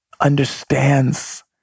understands